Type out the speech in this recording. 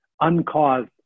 uncaused